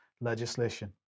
legislation